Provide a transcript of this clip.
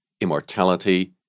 immortality